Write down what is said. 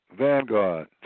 Vanguard